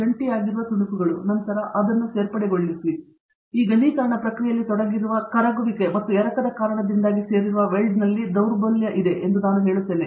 ಜಂಟಿಯಾಗಿರುವ ತುಣುಕುಗಳು ಮತ್ತು ನಂತರ ಅವರನ್ನು ಸೇರ್ಪಡೆಗೊಳ್ಳಿ ಈ ಘನೀಕರಣ ಪ್ರಕ್ರಿಯೆಯಲ್ಲಿ ತೊಡಗಿರುವ ಕರಗುವಿಕೆ ಮತ್ತು ಎರಕದ ಕಾರಣದಿಂದಾಗಿ ಸೇರಿರುವ ವೆಲ್ಡ್ನಲ್ಲಿ ನಾನು ದೌರ್ಬಲ್ಯವನ್ನು ಹೇಳುತ್ತೇನೆ